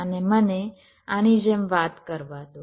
અને મને આની જેમ વાત કરવા દો